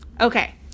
okay